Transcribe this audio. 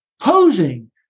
posing